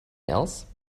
else